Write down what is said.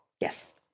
Yes